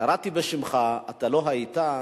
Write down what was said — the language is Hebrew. קראתי בשמך, אתה לא היית,